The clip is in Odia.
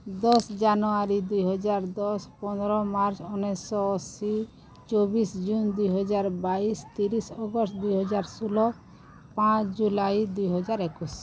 ଦଶ ଜାନୁୟାରୀ ଦୁଇ ହଜାର ଦଶ ପନ୍ଦର ମାର୍ଚ୍ଚ ଉଣେଇଶ ଅଶୀ ଚବିଶ ଜୁନ୍ ଦୁଇ ହଜାର ବାଇଶ ତିରିଶ ଅଗଷ୍ଟ ଦୁଇ ହଜାର ଷୋହଳ ପାଞ୍ଚ ଜୁଲାଇ ଦୁଇ ହଜାର ଏକୋଇଶ